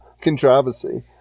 controversy